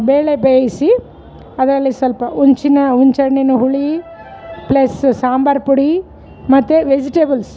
ಬೇಳೆ ಬೇಯಿಸಿ ಅದರಲ್ಲಿ ಸಲ್ಪ ಉಂಚಿನ ಹುನ್ಚಣ್ಣಿನ ಹುಳಿ ಪ್ಲಸ್ ಸಾಂಬಾರ್ ಪುಡಿ ಮತ್ತು ವೆಜಿಟೇಬಲ್ಸ್